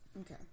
Okay